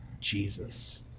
Jesus